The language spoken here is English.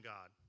God